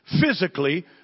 physically